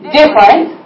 different